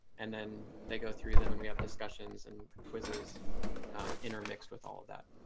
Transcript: and then they go through them and we have discussions and quizzes intermixed with all of that.